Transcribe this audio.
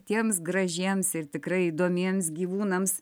tiems gražiems ir tikrai įdomiems gyvūnams